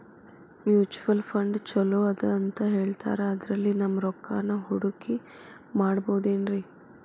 Mutual fund ಛಲೋ ಅದಾ ಅಂತಾ ಹೇಳ್ತಾರ ಅದ್ರಲ್ಲಿ ನಮ್ ರೊಕ್ಕನಾ ಹೂಡಕಿ ಮಾಡಬೋದೇನ್ರಿ?